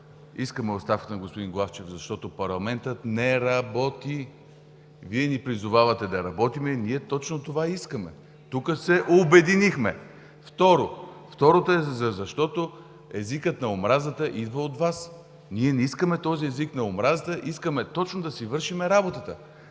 искаме оставката на господир Главчев, защото парламентът не работи. Вие ни призовавате да работим и ние точно това искаме. Тук се обединихме. Второ, езикът на омразата идва от Вас. Ние не искаме този език на омразата. Искаме да си вършим работата.